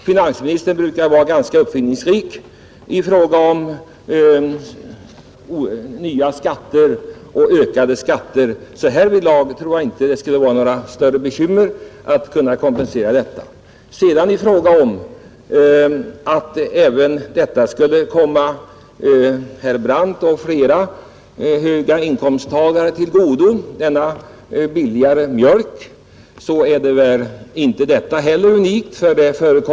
Finansministern brukar vara ganska uppfinningsrik när det gäller att införa nya eller ökade skatter. Så därvidlag tror jag inte att det skulle bli några större bekymmer med att kompensera för skattebortfallet. Vad sedan gäller argumentet att förmånen av denna billigare mjölk även skulle komma herr Brandt och andra höginkomsttagare till godo, så är väl inte heller detta någon unik företeelse i svensk politik.